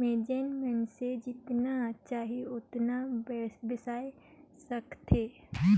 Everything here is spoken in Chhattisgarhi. में जेन मइनसे जेतना चाही ओतना बेसाय सकथे